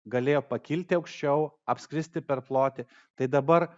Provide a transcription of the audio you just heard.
galėjo pakilti aukščiau apskristi per plotį tai dabar